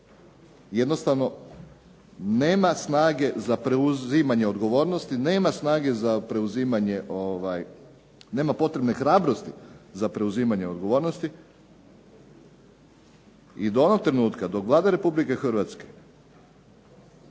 jednostavno nema snage za preuzimanje odgovornosti, nema potrebne hrabrosti za preuzimanje odgovornosti i do onog trenutka dok Vlada Republike Hrvatske